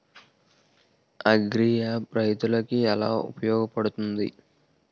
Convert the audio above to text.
Agri app రైతులకి ఏలా ఉపయోగ పడుతుంది?